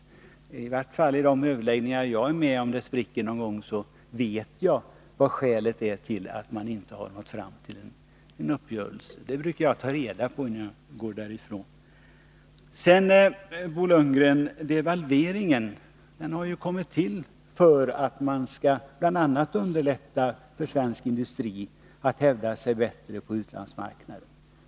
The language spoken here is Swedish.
När det gäller de överläggningar som jag har varit med om och som spruckit ibland vet jag vad skälet är till att man inte nått fram till någon uppgörelse. Det brukar jag ta reda på. Sedan till Bo Lundgren. Devalveringen har kommit till för att man bl.a. skall underlätta för svensk industri att bättre hävda sig på utlandsmarknader.